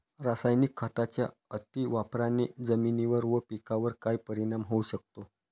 रासायनिक खतांच्या अतिवापराने जमिनीवर व पिकावर काय परिणाम होऊ शकतो?